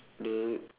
the